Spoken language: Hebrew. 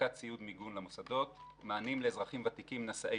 אספקת ציוד מיגון למוסדות; מענים לאזרחים ותיקים נשאי